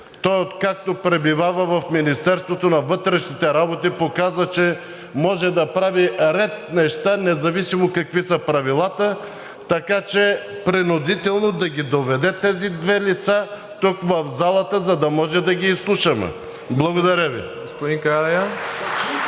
Той, откакто пребивава в Министерството на вътрешните работи, показа, че може да прави ред неща – независимо какви са правилата, така че принудително да ги доведе тези две лица тук в залата, за да може да ги изслушаме. Благодаря Ви.